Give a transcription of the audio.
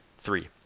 Three